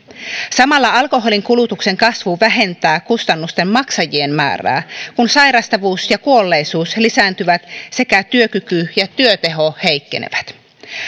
samalla alkoholin kulutuksen kasvu vähentää kustannusten maksajien määrää kun sairastavuus ja kuolleisuus lisääntyvät sekä työkyky ja työteho heikkenevät